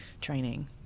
training